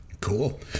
cool